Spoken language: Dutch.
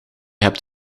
hebt